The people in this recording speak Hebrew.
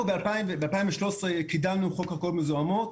ב-2013 קידמנו חוק קרקעות מזוהמות.